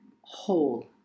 whole